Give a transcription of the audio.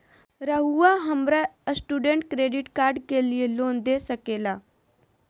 रहुआ हमरा student credit card के लिए लोन दे सके ला?